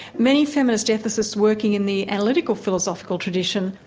many feminist ethicists working in the analytical philosophical tradition,